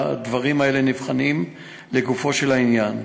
והדברים האלה נבחנים לגופו של עניין,